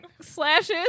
slashes